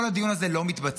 כל הדיון הזה לא מתבצע.